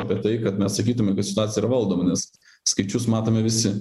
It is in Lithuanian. apie tai kad mes sakytume kad situacija yra valdoma nes skaičius matome visi